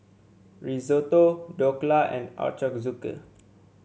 Risotto Dhokla and Ochazuke